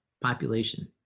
population